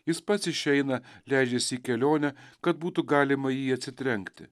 jis pats išeina leidžiasi į kelionę kad būtų galima į jį atsitrenkti